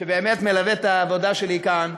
שבאמת מלווה את העבודה שלי כאן,